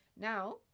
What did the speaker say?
now